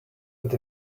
but